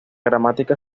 gramática